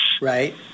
right